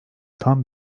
tam